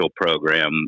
program